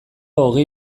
hogei